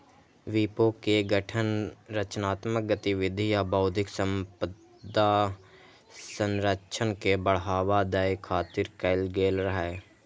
विपो के गठन रचनात्मक गतिविधि आ बौद्धिक संपदा संरक्षण के बढ़ावा दै खातिर कैल गेल रहै